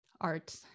art